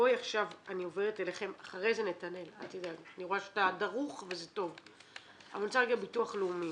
אני עוברת אליכם, הביטוח הלאומי.